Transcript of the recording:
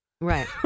Right